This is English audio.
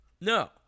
No